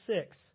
six